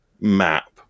map